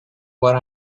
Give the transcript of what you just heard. what